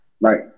Right